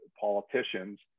politicians